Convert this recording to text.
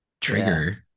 trigger